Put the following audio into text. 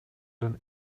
den